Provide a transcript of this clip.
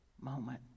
moment